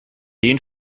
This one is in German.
den